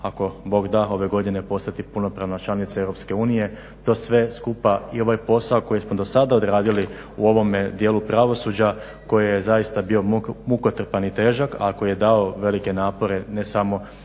ako Bog da ove godine postati punopravna članica Europske unije. To sve skupa i ovaj posao koji smo do sada odradili u ovome dijelu pravosuđa koji je zaista bio mukotrpan i težak, a koji je dao velike napore ne samo